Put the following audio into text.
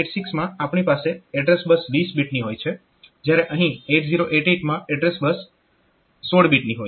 8086 માં આપણી પાસે એડ્રેસ બસ 20 બીટની હોય છે જ્યારે અહીં 8088 માં એડ્રેસ બસ 16 બીટની હોય છે